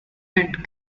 and